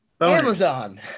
Amazon